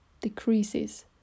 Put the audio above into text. decreases